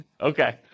Okay